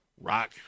Rock